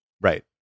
Right